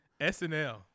SNL